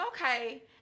okay